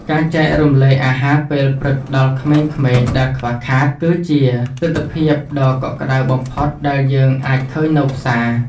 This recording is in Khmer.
ការចែករំលែកអាហារពេលព្រឹកដល់ក្មេងៗដែលខ្វះខាត គឺជាទិដ្ឋភាពដ៏កក់ក្ដៅបំផុតដែលយើងអាចឃើញនៅផ្សារ។